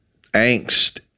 angst